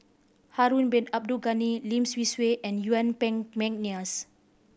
Harun Bin Abdul Ghani Lim Swee Say and Yuen Peng McNeice